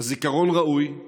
הזיכרון ראוי,